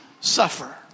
suffer